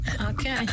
Okay